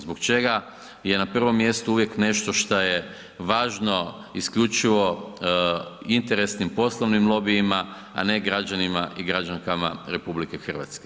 Zbog čega je na prvom mjestu uvijek nešto šta je važno isključivo interesnim, poslovnim lobijima, a ne građanima i građankama RH.